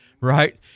Right